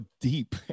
deep